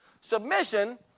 Submission